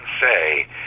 say